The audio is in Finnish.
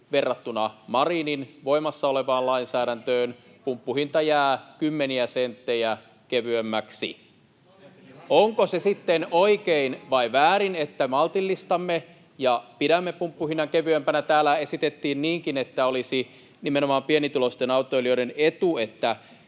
Verrattuna Marinin voimassa olevaan lainsäädäntöön pumppuhinta jää kymmeniä senttejä kevyemmäksi. [Välihuutoja keskeltä] Onko se sitten oikein vai väärin, että maltillistamme ja pidämme pumppuhinnan kevyempänä? Täällä esitettiin niinkin, että olisi nimenomaan pienituloisten autoilijoiden etu,